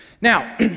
Now